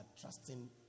trusting